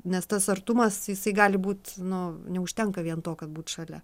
nes tas artumas jisai gali būt nu neužtenka vien to kad būt šalia